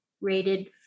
rated